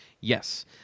yes